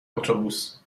اتوبوس